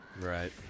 Right